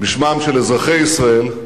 בשמם של אזרחי ישראל,